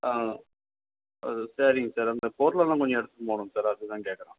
ஆ அது சரிங்க சார் அந்த பொருளெல்லாம் கொஞ்சம் எடுத்துட்டு போகணுங்க சார் அதுக்குதான் கேட்கறோம்